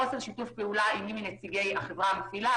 חוסר שיתוף פעולה עם מי מנציגי החברה המפעילה,